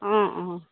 অঁ অঁ